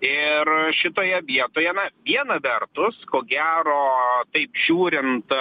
ir šitoje vietoje na viena vertus ko gero taip žiūrint